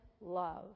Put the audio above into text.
love